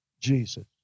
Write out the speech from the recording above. Jesus